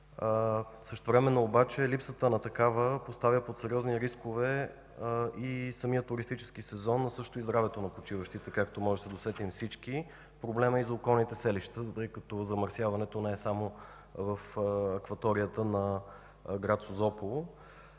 Същевременно обаче липсата на такава поставя под сериозни рискове и самия туристически сезон, както и здравето на почиващите, както можем да се досетим всички. Проблемът е и за околните селища, тъй като замърсяването не е само в акваторията на град Созопол.